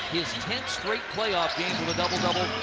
his tenth straight playoff game with a double double,